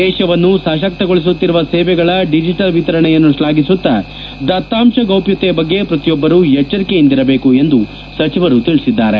ದೇಶವನ್ನು ಸಶಕ್ತಗೊಳಿಸುತ್ತಿರುವ ಸೇವೆಗಳ ಡಿಜಿಟಲ್ ವಿತರಣೆಯನ್ನು ಶ್ಲಾಘಿಸುತ್ತಾ ದತ್ತಾಂಶ ಗೌಪ್ಲತೆ ಬಗ್ಗೆ ಪ್ರತಿಯೊಬ್ಬರೂ ಎಚ್ಚರಿಕೆಯಿಂದಿರಬೇಕು ಎಂದೂ ಸಚಿವರು ತಿಳಿಸಿದ್ದಾರೆ